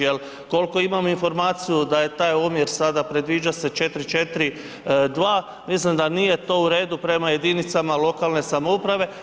Jer koliko imam informaciju da je taj omjer sada predviđa se 4 4 2, mislim da nije to u redu prema jedinicama lokalne samouprave.